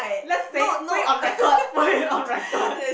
let's say put it on record put it on record